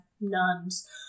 nuns